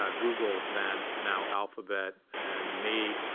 ah google then, now alphabet, and me,